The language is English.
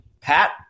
Pat